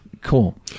cool